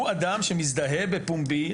הוא אדם שמזדהה בפומבי,